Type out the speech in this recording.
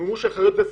מימוש אחריות וסמכות.